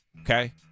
Okay